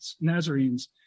Nazarenes